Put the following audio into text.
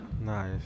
Nice